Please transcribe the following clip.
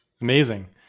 Amazing